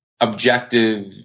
objective